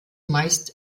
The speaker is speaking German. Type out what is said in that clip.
meist